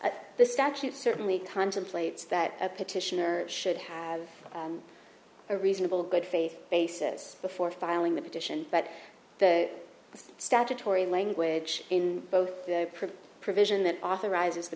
at the statute certainly contemplates that a petitioners should have a reasonable good faith basis before filing the petition but statutory language in both the provision that authorizes the